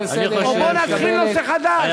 או בואו נתחיל נושא מחדש.